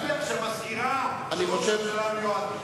נניח שהמזכירה של ראש הממשלה המיועד,